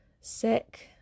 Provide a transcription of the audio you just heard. sick